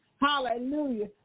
hallelujah